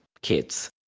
kids